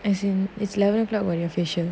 as in it's eleven o'clock when your facial